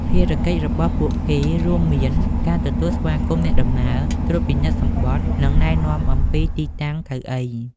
ភារកិច្ចរបស់ពួកគេរួមមានការទទួលស្វាគមន៍អ្នកដំណើរ ត្រួតពិនិត្យសំបុត្រ និងណែនាំអំពីទីតាំងកៅអី។